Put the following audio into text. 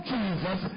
Jesus